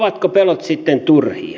ovatko pelot sitten turhia